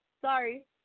Sorry